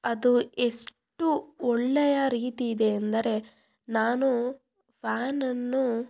ಅದು ಎಷ್ಟು ಒಳ್ಳೆಯ ರೀತಿ ಇದೆ ಅಂದರೆ ನಾನು ಫ್ಯಾನನ್ನು